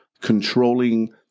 controlling